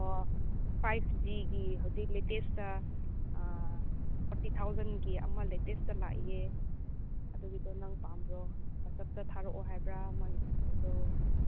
ꯑꯣ ꯐꯥꯏꯚ ꯖꯤꯒꯤ ꯍꯧꯖꯤꯛ ꯂꯦꯇꯦꯁꯇ ꯑꯥ ꯐꯣꯔꯇꯤ ꯊꯥꯎꯖꯟꯒꯤ ꯑꯃ ꯂꯦꯇꯦꯁꯇ ꯂꯥꯛꯏꯌꯦ ꯑꯗꯨꯒꯤꯗꯣ ꯅꯪ ꯄꯥꯝꯕ꯭ꯔꯣ ꯋꯥꯆꯞꯇ ꯊꯥꯔꯛꯑꯣ ꯍꯥꯏꯕ꯭ꯔꯥ ꯃꯥꯒꯤ ꯐꯣꯇꯣꯗꯣ